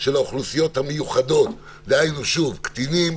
של האוכלוסיות המיוחדות, דהיינו שוב: קטינים,